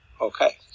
Okay